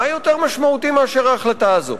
מה יותר משמעותי מאשר ההחלטה הזאת?